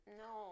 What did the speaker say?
no